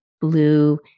blue